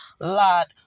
lot